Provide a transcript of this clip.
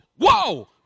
Whoa